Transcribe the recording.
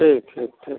ठीक ठीक ठीक